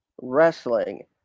wrestling